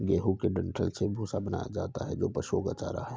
गेहूं के डंठल से भूसा बनाया जाता है जो पशुओं का चारा है